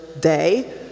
day